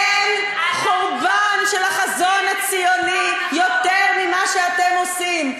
אין חורבן של החזון הציוני יותר ממה שאתם עושים.